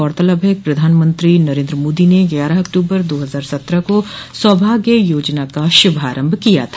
गौरतलब है कि प्रधानमंत्री नरेन्द्र मोदी ने ग्यारह अक्टूबर दो हजार सत्रह को सौभाग्य योजना का शुभारम्भ किया था